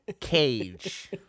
Cage